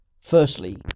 Firstly